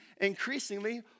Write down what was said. increasingly